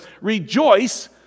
Rejoice